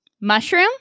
Mushroom